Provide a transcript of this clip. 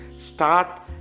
Start